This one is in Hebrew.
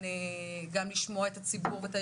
גם לשמוע את הציבור,